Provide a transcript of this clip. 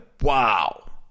wow